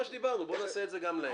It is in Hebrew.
דיברנו על כך שנעשה את זה גם עליהם.